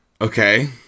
Okay